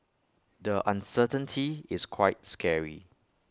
the uncertainty is quite scary